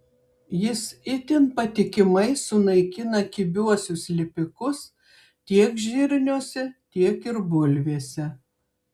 jis itin patikimai sunaikina kibiuosius lipikus tiek žirniuose tiek ir bulvėse